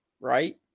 right